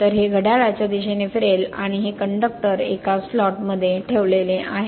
तर हे घड्याळाच्या दिशेने फिरेल आणि हे कंडक्टर एका स्लॉट मध्ये ठेवलेले आहेत